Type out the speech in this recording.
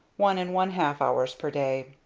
one and one-half hours per day.